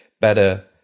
better